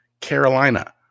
Carolina